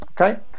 Okay